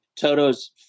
Toto's